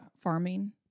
farming